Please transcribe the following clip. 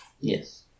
Yes